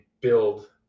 build